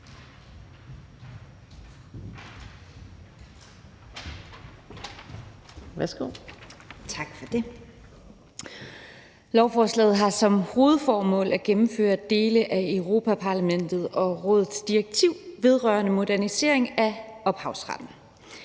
Lovforslaget har som hovedformål at gennemføre dele af Europa-Parlamentet og Rådets direktiv vedrørende modernisering af ophavsretten.